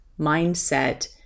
mindset